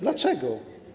Dlaczego?